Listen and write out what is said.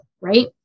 right